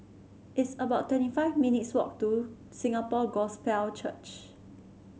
it's about twenty five minutes' walk to Singapore Gospel Church